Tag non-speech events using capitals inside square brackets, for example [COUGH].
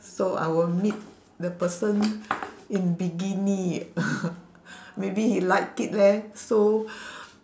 so I will meet the person in bikini [LAUGHS] maybe he like it leh so